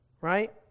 right